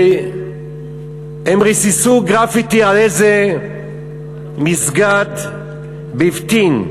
שהם ריססו גרפיטי על איזה מסגד באבטין,